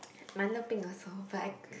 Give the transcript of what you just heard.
milo peng also but I